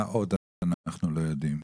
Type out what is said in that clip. מה עוד אנחנו לא יודעים?